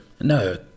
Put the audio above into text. no